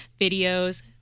videos